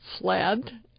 fled